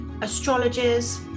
astrologers